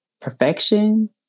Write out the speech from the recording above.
perfection